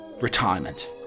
retirement